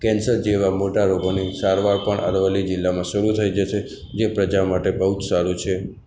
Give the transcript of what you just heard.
cancer જેવા મોટા રોગોની સારવાર પણ અરવલ્લી જિલ્લામાં શરૂ થઈ જશે જે પ્રજા માટે બહુ જ સારું છે